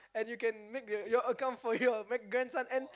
and you can make the your account for your grandson and